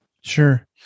Sure